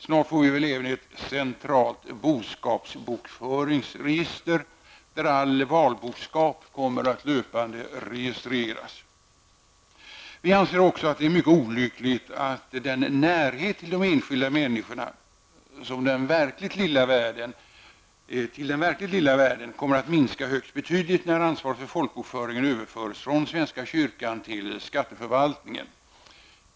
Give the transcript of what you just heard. Snart får vi väl även ett centralt boskapsbokföringsregister där all valboskap kommer att löpande registreras. Vi anser också att det är mycket olyckligt att närheten för de enskilda människorna till den verkligt lilla världen kommer att minska högst betydligt när ansvaret för folkbokföringen överförs från svenska kyrkan till skatteförvaltningen.